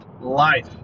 Life